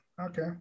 Okay